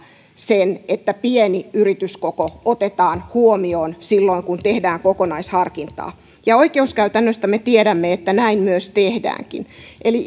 sen että pieni yrityskoko otetaan huomioon silloin kun tehdään kokonaisharkintaa ja oikeuskäytännöstä me tiedämme että näin myös tehdään eli